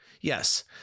Yes